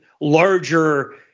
larger